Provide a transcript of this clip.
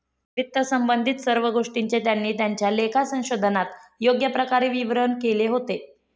वित्तसंबंधित सर्व गोष्टींचे त्यांनी त्यांच्या लेखा संशोधनात योग्य प्रकारे विवरण केले होते